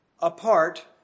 apart